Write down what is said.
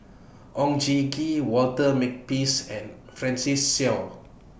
Oon Jin Gee Walter Makepeace and Francis Seow